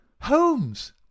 Holmes